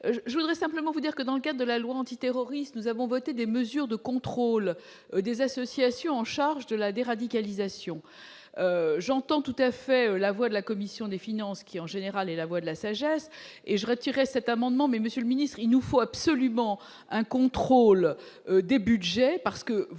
je voudrais simplement vous dire que dans le cas de la loi antiterroriste, nous avons voté des mesures de contrôle des associations en charge de la dé-radicalisation j'entends tout à fait la voix de la commission des finances, qui en général et la voix de la sagesse et j'retirer cet amendement mais monsieur le ministre, il nous faut absolument un contrôle des Budgets parce que